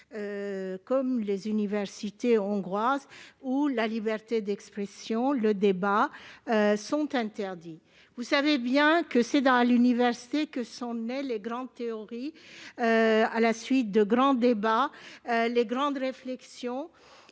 modèle des universités hongroises où la liberté d'expression et le débat sont interdits ? Vous savez bien que c'est dans les universités que sont nées les grandes théories et les grandes réflexions,